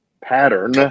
Pattern